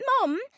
Mom